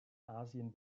asien